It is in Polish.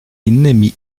innymi